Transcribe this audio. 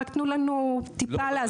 רק תנו לנו טיפה להסביר.